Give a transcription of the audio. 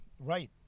right